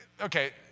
Okay